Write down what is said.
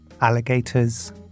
Alligators